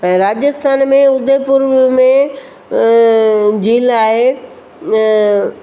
ऐं राजस्थान में उदयपुर में झील आहे